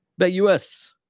BetUS